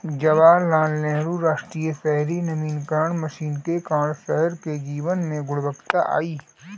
जवाहरलाल नेहरू राष्ट्रीय शहरी नवीकरण मिशन के कारण शहर के जीवन में गुणवत्ता आई